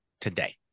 today